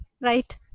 right